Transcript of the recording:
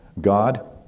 God